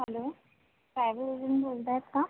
hello ट्रॅव्हलमधून बोलत आहेत का